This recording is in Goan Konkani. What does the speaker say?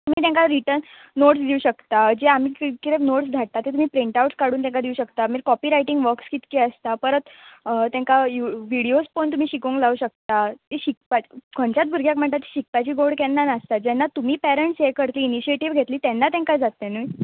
तुमी तेंकां रिटन नोट्स दिवं शकता जे आमी की किरें नोट्स धाडटा ते तुमी प्रिण्ट आवट्स काडून तेंकां दिवं शकता मागी कॉपी रायटींग वकशीट जें आसता परत तेंकां यु विडयोज पळोवन तुमी शिकोंक लावं शकता शिकपाच खंयच्याच भुरग्याक म्हणटा ते शिकपाची गोड केन्ना नासता जेन्ना तुमी पॅरंट्स हें करतलीं इनिशियेटीव घेतली तेन्ना तेंकां जातलें न्हूय